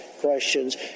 questions